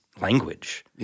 language